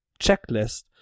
checklist